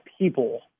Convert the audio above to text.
people